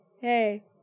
hey